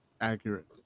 Accurate